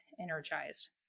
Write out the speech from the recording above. energized